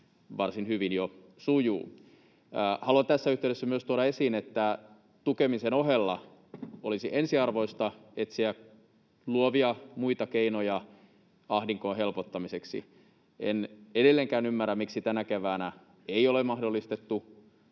varsin hyvin jo sujuu. Haluan tässä yhteydessä myös tuoda esiin, että tukemisen ohella olisi ensiarvoista etsiä luovia muita keinoja ahdingon helpottamiseksi. En edelleenkään ymmärrä, miksi tänä keväänä ei ole mahdollistettu